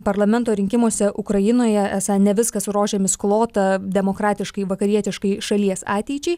parlamento rinkimuose ukrainoje esą ne viskas rožėmis klota demokratiškai vakarietiškai šalies ateičiai